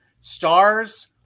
stars